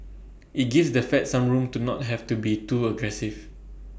IT gives the fed some room to not have to be too aggressive